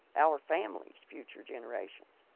our family's future generations,